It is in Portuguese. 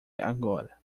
agora